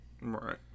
Right